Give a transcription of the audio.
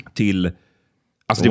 till